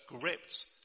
gripped